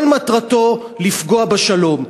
כל מטרתו לפגוע בשלום.